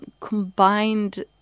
combined